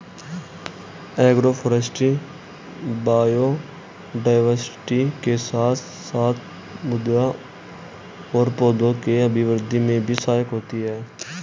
agroforestry biodiversity के साथ साथ मृदा और पौधों के अभिवृद्धि में भी सहायक होती है